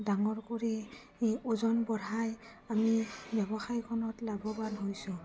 ডাঙৰ কৰি ওজন বঢ়াই আমি ব্যৱসায়খনত লাভৱান হৈছোঁ